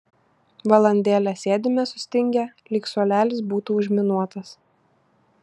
valandėlę sėdime sustingę lyg suolelis būtų užminuotas